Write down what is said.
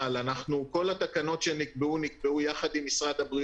אני לא רואה שום סיבה.